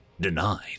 denied